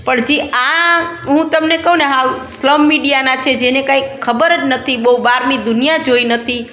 પણ જે આ હું તમને કહુને સાવ સ્લમ મીડિયાના છે જેને કાંઈ ખબર જ નથી બહુ બહારની દુનિયા જોઈ નથી